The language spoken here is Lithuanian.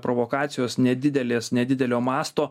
provokacijos nedidelės nedidelio masto